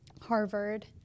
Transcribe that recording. Harvard